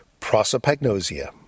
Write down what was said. prosopagnosia